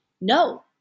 no